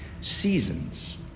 seasons